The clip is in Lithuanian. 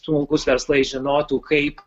smulkūs verslai žinotų kaip